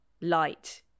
Light